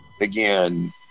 again